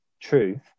truth